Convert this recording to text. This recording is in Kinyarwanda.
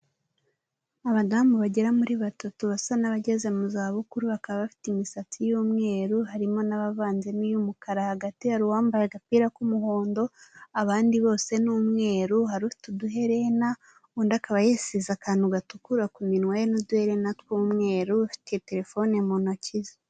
Abadamu bagera muri batatu basa n'abageze mu za bukuru bakaba bafite imisatsi y'umweru harimo n'abavanze n'iy'umukara hagati hari uwambaye agapira k'umuhondo abandi bose ni umweru hari ufite uduherena undi akaba yasize akantu gatukura ku minwa ye n'uduherena tw'umweru ufite telefone mu ntoki ze.